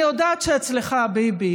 קצת יותר אני רוצה לספר לכם על אדם מאוד מבוגר,